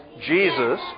Jesus